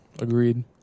Agreed